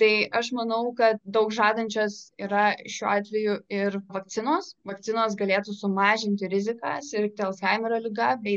tai aš manau kad daug žadančios yra šiuo atveju ir vakcinos vakcinos galėtų sumažinti riziką sirgti alzheimerio liga bei